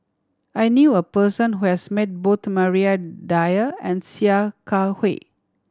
I knew a person who has met both Maria Dyer and Sia Kah Hui